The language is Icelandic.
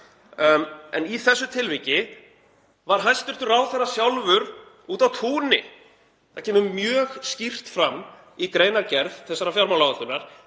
En í þessu tilviki var hæstv. ráðherra sjálfur úti á túni. Það kemur mjög skýrt fram í greinargerð þessarar fjármálaáætlunar